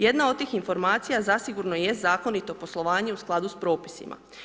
Jedna od tih informacija zasigurno jest zakonito poslovanje u skladu s propisima.